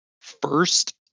first